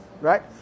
Right